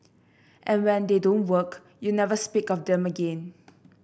and when they don't work you never speak of them again